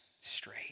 straight